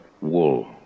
wool